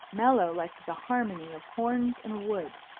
mellow like the harmony of horns in a wood.